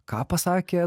ką pasakė